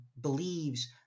believes